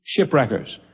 shipwreckers